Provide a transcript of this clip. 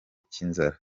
cy’inzara